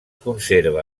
conserva